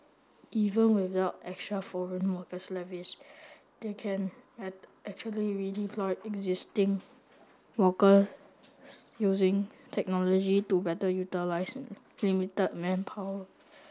even without extra foreign worker levies they can at actually redeploy existing workers using technology to better utilise limited manpower